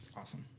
Awesome